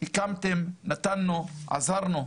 הקמתם, נתנו, עזרנו.